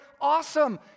awesome